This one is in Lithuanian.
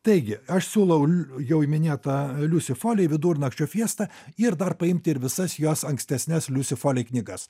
taigi aš siūlau liu jau minėtą liusi folei vidurnakčio fiesta ir dar paimti ir visas jos ankstesnes liusi folei knygas